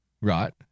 right